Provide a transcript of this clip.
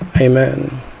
Amen